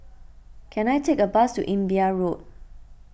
can I take a bus to Imbiah Road